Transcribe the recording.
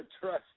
trust